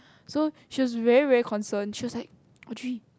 so she's very very concerned she's like Audrey